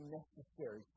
necessary